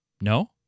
No